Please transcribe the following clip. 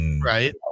Right